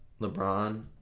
LeBron